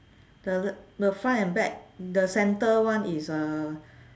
the the front and back the centre one is uh